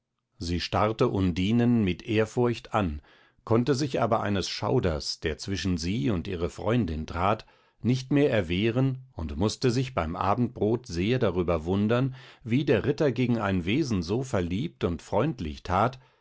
sie starrte undinen mit ehrfurcht an konnte sich aber eines schauders der zwischen sie und ihre freundin trat nicht mehr erwehren und mußte sich beim abendbrot sehr darüber wundern wie der ritter gegen ein wesen so verliebt und freundlich tat